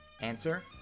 Answer